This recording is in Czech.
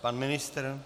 Pan ministr?